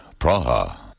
Praha